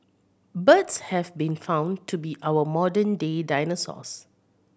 birds have been found to be our modern day dinosaurs